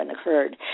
occurred